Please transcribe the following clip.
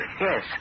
Yes